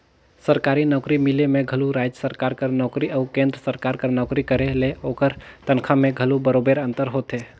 सरकारी नउकरी मिले में घलो राएज सरकार कर नोकरी अउ केन्द्र सरकार कर नोकरी करे ले ओकर तनखा में घलो बरोबेर अंतर होथे